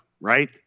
right